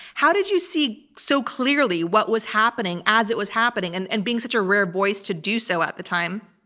how did you see so clearly what was happening as it was happening, and and being such a rare voice to do so at the time?